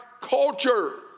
culture